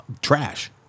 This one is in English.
trash